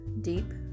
deep